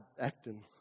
acting